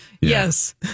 Yes